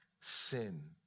sin